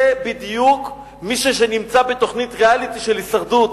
זה בדיוק מי שנמצא בתוכנית ריאליטי של "הישרדות",